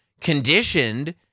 conditioned